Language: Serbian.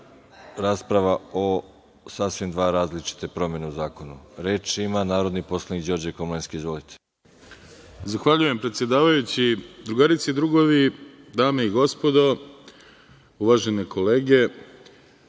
rasprava o sasvim dve različite promene u zakonu. Reč ima narodni poslanik Đorđe Komlenski. Izvolite. **Đorđe Komlenski** Zahvaljujem, predsedavajući. Drugarice i drugovi, dame i gospodo, uvažene kolege,